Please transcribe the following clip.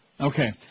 Okay